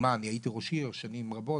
לדוגמא אני הייתי ראש עיר שנים רבות.